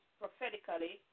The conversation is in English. prophetically